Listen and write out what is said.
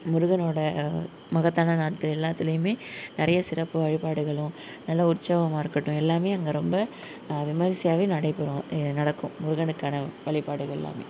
முருகனோடய மகத்தான நாட்கள் எல்லாத்திலையுமே நிறைய சிறப்பு வழிபாடுகளும் நல்ல உற்சவமாக இருக்கட்டும் எல்லாமே அங்கே ரொம்ப விமர்சையாகவே நடைபெறும் நடக்கும் முருகனுக்கான வழிபாடுகள் எல்லாமே